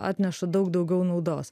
atneša daug daugiau naudos